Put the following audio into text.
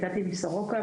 הגעתי מסורוקה,